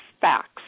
facts